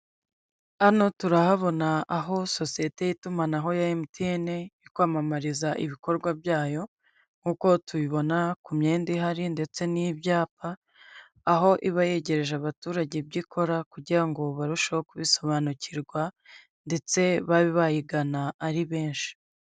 Hano turahabona aho sosiyete y'itumanaho ya MTN iri kwamamariza ibikorwa byayo nk'uko tubibona ku myenda ihari ndetse n'ibyapa. Aho iba yegereje abaturage ibyo ikora kugira ngo barusheho kubisobanukirwa ndetse babe bayigana ari benshi.